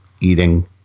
eating